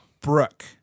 Brooke